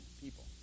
people